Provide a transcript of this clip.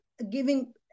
Giving